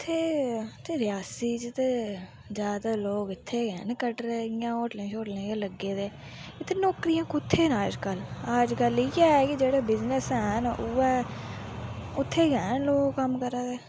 उत्थे उत्थे रियासी च ते ज्यादातर लोक इत्थे गै न कटरे इ'यां होटलें शोटलें च लग्गे दे इत्थै नौकरियां कु'त्थै न अज्जकल अज्जकल इ'यै ऐ कि जे जेह्ड़े बिजनेस हैन उ'यै उत्थै गै हैन लोक कम्म करा दे